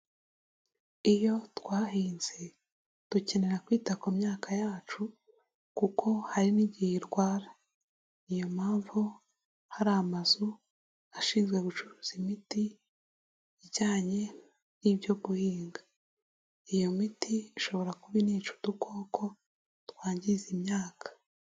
Iyo twahinze dukenera kwita ku myaka yacu kuko hari n'igihe irwara, niyo mpamvu hari amazu ashinzwe gucuruza imiti ijyanye n'ibyo guhinga, iyo miti ishobora kuba inica udukoko twangiza imyaka.